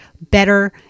better